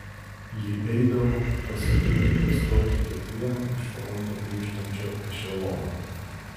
ji eidavo pasitikti į stotį kiekvieno iš fronto grįžtančio ešelono